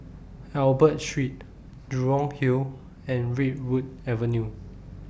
Albert Street Jurong Hill and Redwood Avenue